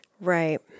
Right